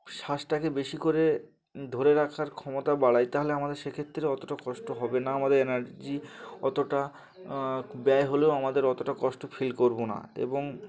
শ্বাসটাকে বেশি করে ধরে রাখার ক্ষমতা বাড়ায় তাহলে আমাদের সে ক্ষেত্রে অতটা কষ্ট হবে না আমাদের এনার্জি অতটা ব্যয় হলেও আমাদের অতটা কষ্ট ফিল করবো না এবং